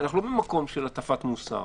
אנחנו לא במקום של הטפת מוסר.